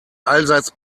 allseits